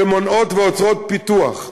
שמונעות ועוצרות פיתוח.